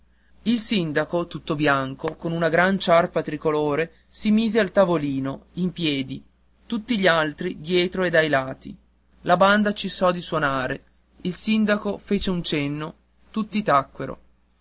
il sindaco tutto bianco con una gran sciarpa tricolore si mise al tavolino in piedi tutti gli altri dietro e dai lati la banda cessò di suonare il sindaco fece un cenno tutti tacquero